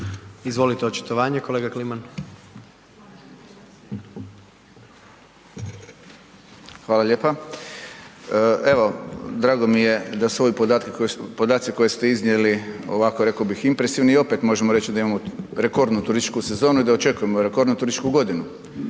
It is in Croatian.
Izvolite, očitovanje kolega Kliman. **Kliman, Anton (HDZ)** Hvala lijepa. Evo drago mi je da su ovi podaci koje ste iznijeli ovako rekao bih impresivni i opet možemo reći da imamo rekordnu turističku sezonu i da očekujemo rekordnu turističku godinu